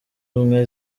ubumwe